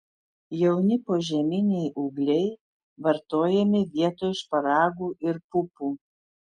jauni požeminiai ūgliai vartojami vietoj šparagų ir pupų